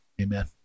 amen